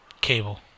cable